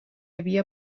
havia